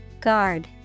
Guard